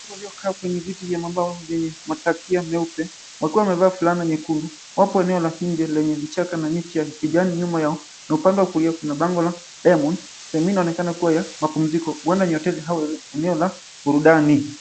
Watu waliyokaa kwenye viti vya mabao vyenye matakia meupe wakiwa wamevaa fulana nyekundu wapo eneo la nje lenye vichaka na miti ya kijani nyuma yao, na upande wa kulia kuna bango la Diamonds. Sehemu hii inonekana kua ya mapumziko huenda ni hoteli au eneo la burudani.